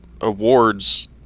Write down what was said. awards